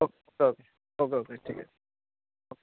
ওকে okay okay okay okay ঠিক আছে ওকে